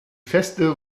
feste